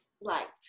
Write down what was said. liked